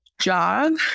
job